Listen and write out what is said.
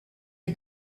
est